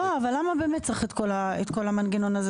אבל למה באמת צריך את כל המנגנון הזה?